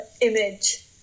image